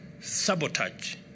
sabotage